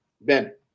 Ben